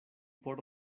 por